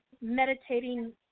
meditating